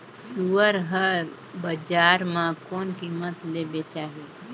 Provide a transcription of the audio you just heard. सुअर हर बजार मां कोन कीमत ले बेचाही?